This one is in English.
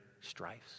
strifes